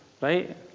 right